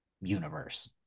universe